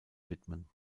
widmen